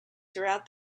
throughout